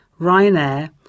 Ryanair